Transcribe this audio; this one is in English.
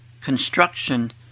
construction